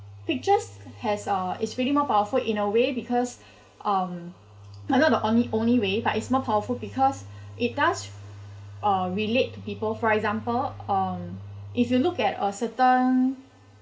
pictures has uh it's really more powerful in a way because um are not the only only way but it's more powerful because it does uh relate to people for example um if you look at a certain